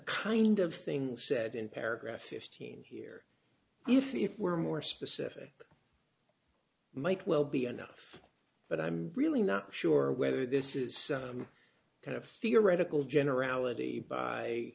kind of thing said in paragraph fifteen here if we're more specific might well be anough but i'm really not sure whether this is a kind of theoretical generality by